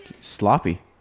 Sloppy